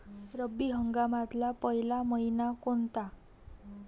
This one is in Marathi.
रब्बी हंगामातला पयला मइना कोनता?